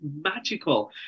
magical